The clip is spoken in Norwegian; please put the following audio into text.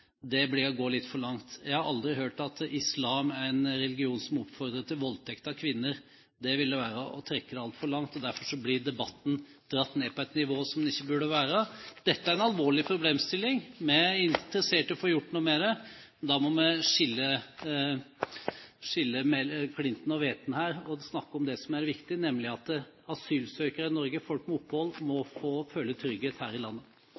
forkynnelse, blir å gå litt for langt. Jeg har aldri hørt at islam er en religion som oppfordrer til voldtekt av kvinner. Det ville være å trekke det altfor langt, og derfor blir debatten dratt ned på et nivå der den ikke burde være. Dette er en alvorlig problemstilling. Vi er interessert i å få gjort noe med det. Da må vi skille klinten fra hveten her og snakke om det som er viktig, nemlig at asylsøkere i Norge, folk med opphold, må føle trygghet her i landet.